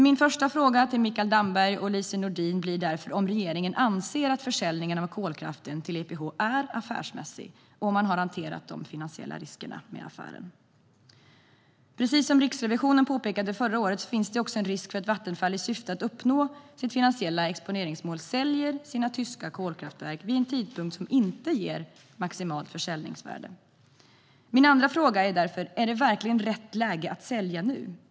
Min första fråga till Mikael Damberg och Lise Nordin blir därför om regeringen anser att försäljningen av kolkraften till EPH är affärsmässig och om man har hanterat de finansiella riskerna med affären. Precis som Riksrevisionen påpekade förra året finns också en risk för att Vattenfall i syfte att uppnå sitt finansiella exponeringsmål säljer sina tyska kolkraftverk vid en tidpunkt som inte ger maximalt försäljningsvärde. Min andra fråga är därför: Är det verkligen rätt läge att sälja nu?